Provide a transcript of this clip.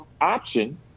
option